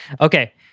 Okay